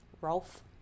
Rolf